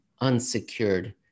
unsecured